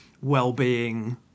well-being